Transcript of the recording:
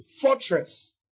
fortress